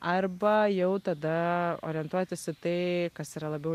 arba jau tada orientuotis į tai kas yra labiau